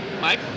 Mike